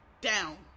down